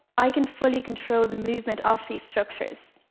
i can fully control the movement of these structures.